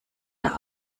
der